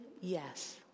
yes